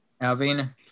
Alvina